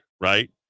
right